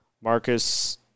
Marcus